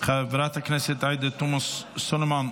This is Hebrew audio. חברת הכנסת עאידה תומא סלימאן,